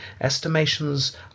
Estimations